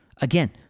Again